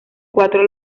cuatro